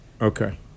Okay